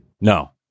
No